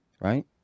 right